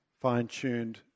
fine-tuned